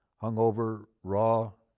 hung over, raw,